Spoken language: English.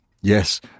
yes